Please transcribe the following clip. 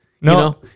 No